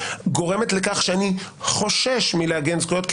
גורמת לכך שאני חושש מלהגן על זכויות כי